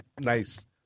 Nice